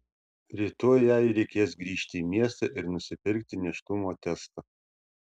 rytoj jai reikės grįžti į miestą ir nusipirkti nėštumo testą